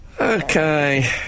Okay